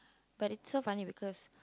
but it's so funny because